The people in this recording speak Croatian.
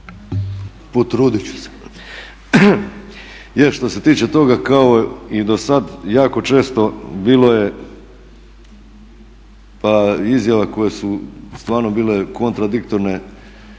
Potrudit ću se.